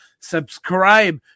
Subscribe